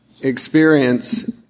experience